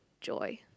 joy